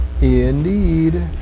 indeed